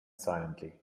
silently